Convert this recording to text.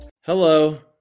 hello